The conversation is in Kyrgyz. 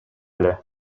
эле